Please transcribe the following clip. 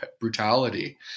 brutality